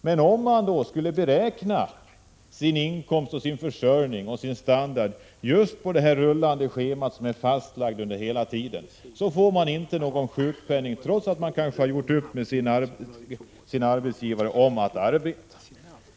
Men om man då skulle beräkna sin inkomst och försörjning just på det rullande schema som är fastlagt för hela tjänstetiden får man inte sjukpenning, trots att man kanske har gjort upp med sin arbetsgivare om att man skall arbeta.